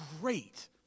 great